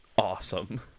Awesome